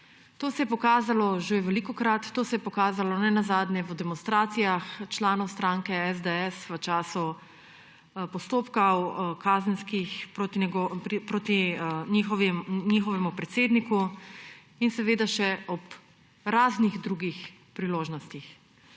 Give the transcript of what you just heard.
To se je pokazalo že velikokrat, to se je pokazalo nenazadnje v demonstracijah članov stranke SDS v času postopkov, kazenskih, proti njihovemu predsedniku in seveda še ob raznih drugih priložnostih.